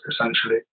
essentially